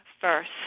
first